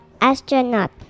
astronaut